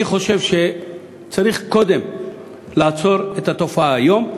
אני חושב שצריך קודם לעצור את התופעה היום.